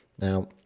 Now